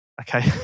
Okay